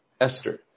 Esther